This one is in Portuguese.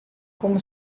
como